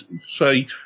say